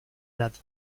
edad